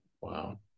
Wow